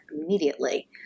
immediately